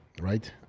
right